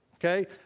Okay